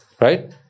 Right